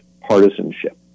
partisanship